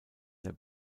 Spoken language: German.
der